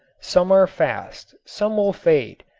some are fast, some will fade,